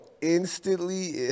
instantly